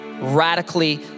radically